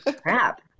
crap